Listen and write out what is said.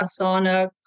Asana